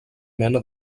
mena